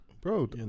bro